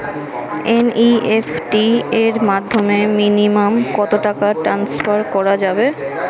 NEFT এর মাধ্যমে minimum কত টাকা টান্সফার করা যাবে?